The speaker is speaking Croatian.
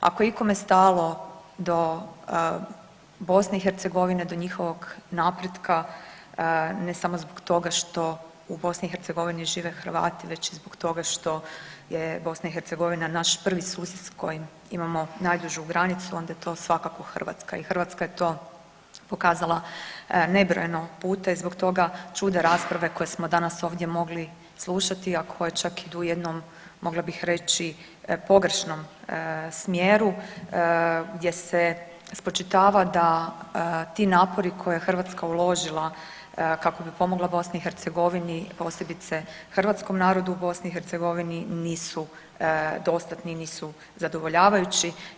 Ako je ikome stalo do BiH, do njihovog napretka ne samo zbog toga što u BiH žive Hrvati već i zbog toga što je BiH naš prvi susjed s kojim imamo najdužu granicu, onda je to svakako Hrvatska i Hrvatska je to pokazala nebrojeno puta i zbog toga čude rasprave koje smo danas ovdje mogli slušati, a koje čak idu u jednom mogla bih reći pogrešnom smjeru gdje se spočitava da ti napori koje je Hrvatska uložila kako bi pomogla BiH posebice hrvatskom narodu u BiH nisu dostatni, nisu zadovoljavajući.